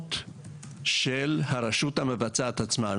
נורמות של הרשות המבצעת עצמה,